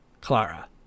Clara